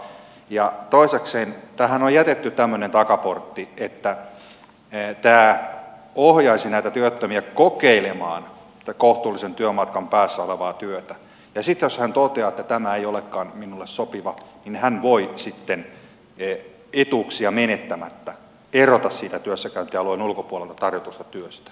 ja toisekseen tähän on jätetty tämmöinen takaportti että tämä ohjaisi näitä työttömiä kokeilemaan kohtuullisen työmatkan päässä olevaa työtä ja sitten jos hän toteaa että tämä ei olekaan minulle sopiva niin hän voi sitten etuuksia menettämättä erota siitä työssäkäyntialueen ulkopuolelta tarjotusta työstä